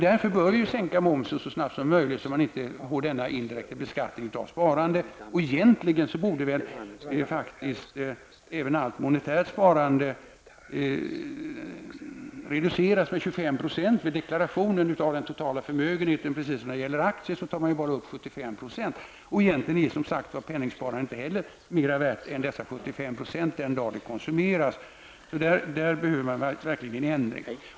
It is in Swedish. Därför bör vi sänka momsen så snabbt som möjligt så att man inte skall få denna indirekta beskattning av sparandet. Egentligen borde nog allt monetärt sparande reduceras med 25 % i deklarationen av den totala förmögenheten, precis som när det gäller aktier då man bara tar upp 75 %. Egentligen är som sagt penningsparandet inte heller mera värt än dessa 75 % den dag det konsumeras. Där behövs verkligen en ändring.